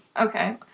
okay